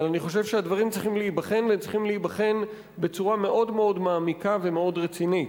אבל אני חושב שהדברים צריכים להיבחן בצורה מאוד מעמיקה ומאוד רצינית.